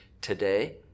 today